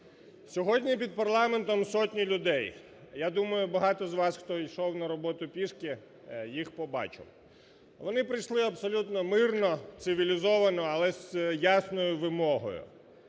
Сьогодні під парламентом сотні людей. Я думаю, багато з вас, хто йшов на роботу пішки, їх побачив. Вони прийшли абсолютно мирно, цивілізовано, але з ясною вимогою: